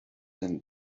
than